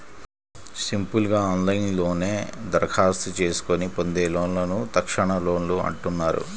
simple గా ఆన్లైన్లోనే దరఖాస్తు చేసుకొని పొందే లోన్లను తక్షణలోన్లు అంటున్నారు